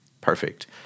perfect